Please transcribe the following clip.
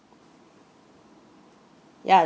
ya